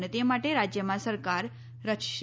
અને તે માટે રાજ્યમાં સરકાર રચશે